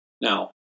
Now